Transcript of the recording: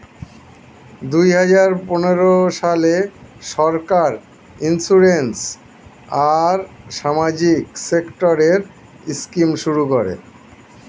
দুই হাজার পনেরো সালে সরকার ইন্সিওরেন্স আর সামাজিক সেক্টরের স্কিম শুরু করে